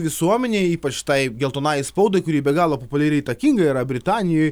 visuomenei ypač tai geltonajai spaudai kuri be galo populiari įtakinga yra britanijoj